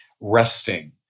resting